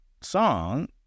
song